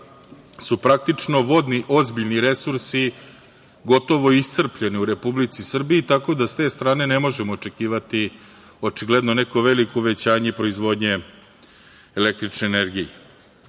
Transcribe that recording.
su praktično, vodni, ozbiljni resursi, gotovo iscrpljeni u Republici Srbiji. Tako da, sa te strane ne možemo očekivati očigledno neko veliko povećanje proizvodnje električne energije. Da